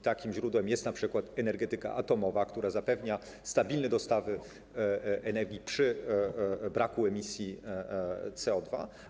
Takim źródłem jest np. energetyka atomowa, która zapewnia stabilne dostawy energii przy braku emisji CO2.